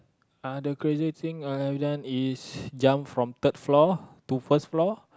ah the craziest thing I have done is jump from third floor to first floor